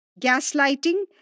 Gaslighting